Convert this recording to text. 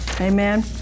Amen